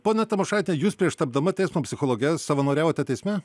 ponia tamošaite jūs prieš tapdama teismo psichologe savanoriavote teisme